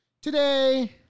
Today